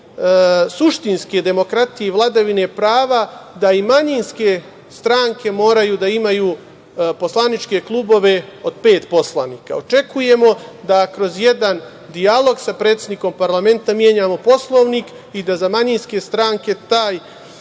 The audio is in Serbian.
suštinske demokratije i vladavine prava da i manjinske stranke moraju da imaju poslaničke klubove od pet poslanika. Očekujemo da kroz jedan dijalog sa predsednikom Parlamenta menjamo Poslovnik i da za manjinske stranke ta